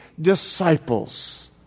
disciples